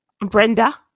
Brenda